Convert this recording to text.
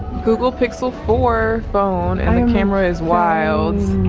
google pixel four phone and the camera is wilds.